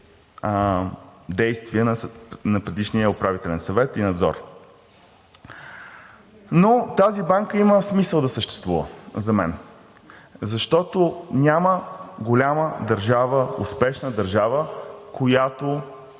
действия на предишния Управителен съвет и Надзор. Но тази банка има смисъл да съществува за мен, защото няма голяма държава, успешна държава, която